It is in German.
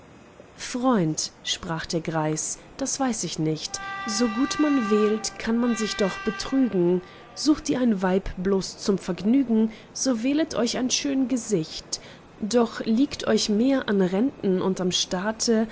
freund sprach der greis das weiß ich nicht so gut man wählt kann man sich doch betrügen sucht ihr ein weib bloß zum vergnügen so wählet euch ein schön gesicht doch liegt euch mehr an renten und am staate